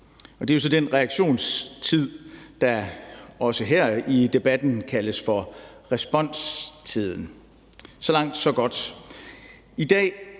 Det er så den reaktionstid, der også her i debatten kaldes for responstiden. Så langt, så godt.